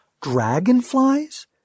Dragonflies